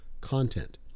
content